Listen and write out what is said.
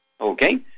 Okay